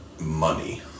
money